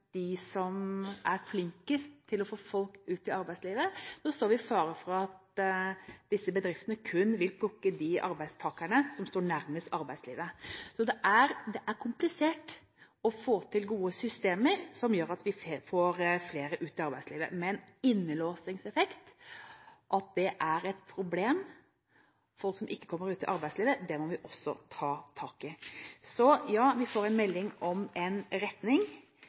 de arbeidstakerne som står nærmest arbeidslivet. Det er komplisert å få til gode systemer som gjør at vi får flere ut i arbeidslivet, men at «innelåsingseffekt» er et problem for folk som ikke kommer ut i arbeidslivet, må vi også ta tak i. Så ja, vi får en melding om en retning.